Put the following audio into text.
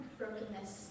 brokenness